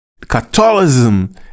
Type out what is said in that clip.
Catholicism